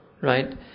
right